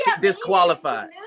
disqualified